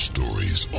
Stories